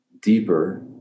deeper